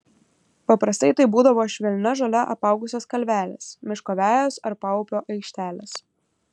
paprastai tai būdavo švelnia žole apaugusios kalvelės miško vejos ar paupio aikštelės